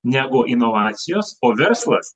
negu inovacijos o verslas